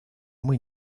muy